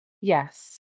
Yes